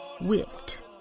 whipped